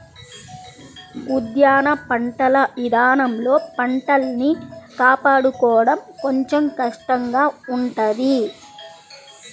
ఉద్యాన పంటల ఇదానంలో పంటల్ని కాపాడుకోడం కొంచెం కష్టంగా ఉంటది